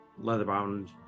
leather-bound